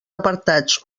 apartats